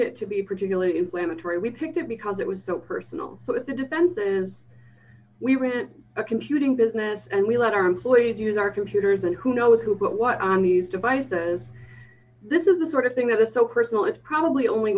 it to be particularly inflammatory we picked it because it was personal but the defenses we ran a computing business and we let our employees use our computers and who knows who but what on these devices this is the sort of thing that is so personal it's probably only